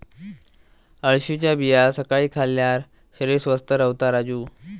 अळशीच्या बिया सकाळी खाल्ल्यार शरीर स्वस्थ रव्हता राजू